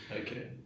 Okay